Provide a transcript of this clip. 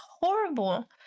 horrible